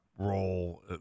Role